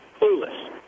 Clueless